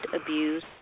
abuse